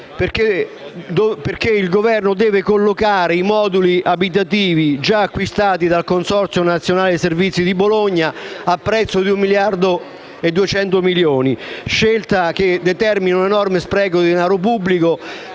perché il Governo deve collocare i moduli abitativi già acquistati dal Consorzio nazionale servizi di Bologna al prezzo di un miliardo e 200 milioni di euro, con una scelta che determina un enorme spreco di denaro pubblico,